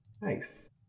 nice